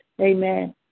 Amen